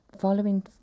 Following